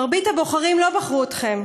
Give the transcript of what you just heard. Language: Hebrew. מרבית הבוחרים לא בחרו אתכם,